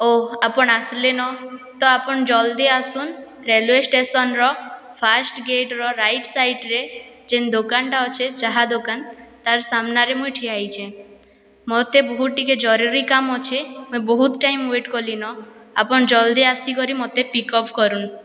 ଓଃ ଆପଣ ଆସିଲେନ ତ ଆପଣ ଜଲ୍ଦି ଆସୁନ୍ ରେଲୱେ ଷ୍ଟେସନ୍ର ଫାଷ୍ଟ ଗେଟର ରାଇଟ୍ ସାଇଡ଼ରେ ଯେନ୍ ଦୋକାନଟା ଅଛେ ଚାହା ଦୋକାନ ତାର୍ ସାମ୍ନାରେ ମୁଇଁ ଠିଆ ହେଇଛେ ମୋତେ ବହୁତ ଟିକିଏ ଜରୁରୀ କାମ୍ ଅଛେ ମୁଇଁ ବହୁତ ଟାଇମ୍ ୱେଟ୍ କଲିନ ଆପଣ ଜଲ୍ଦି ଆସିକରି ମୋତେ ପିକ୍ଅପ୍ କରୁନ୍